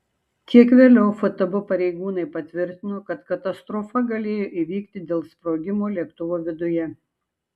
kiek vėliau ftb pareigūnai patvirtino kad katastrofa galėjo įvykti dėl sprogimo lėktuvo viduje